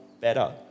better